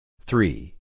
Three